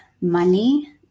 money